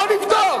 בוא נבדוק.